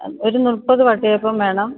ഒരു മുപ്പത് വട്ടയപ്പം വേണം